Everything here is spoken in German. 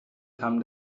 kam